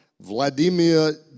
Vladimir